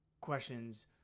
questions